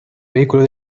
vehículo